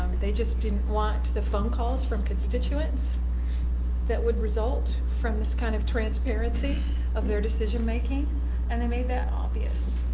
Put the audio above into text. they just didn't want the phone calls from constituents that would result from this kind of transparency of their decision making and they made that obvious.